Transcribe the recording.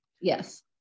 Yes